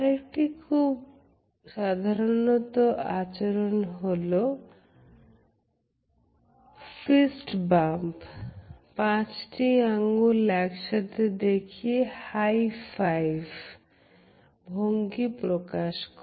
আরেকটি খুব সাধারন আচরণ হলো ফিস্ট বাম্প পাঁচটি আঙ্গুল একসাথে দেখিয়ে হাই ফাইভ ভঙ্গি প্রকাশ করা